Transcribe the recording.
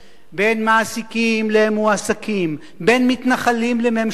בין מעסיקים למועסקים, בין מתנחלים לממשלה,